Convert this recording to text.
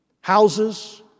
Houses